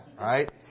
right